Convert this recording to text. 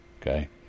Okay